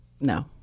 No